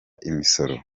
imisoro